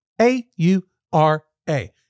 A-U-R-A